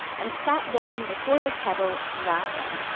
and sat down before the kettle laughing.